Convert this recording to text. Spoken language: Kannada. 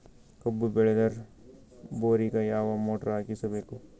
ಕಬ್ಬು ಬೇಳದರ್ ಬೋರಿಗ ಯಾವ ಮೋಟ್ರ ಹಾಕಿಸಬೇಕು?